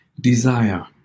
Desire